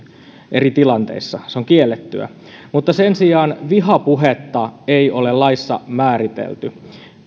eri tilanteissa se on kiellettyä mutta sen sijaan vihapuhetta ei ole laissa määritelty